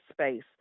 space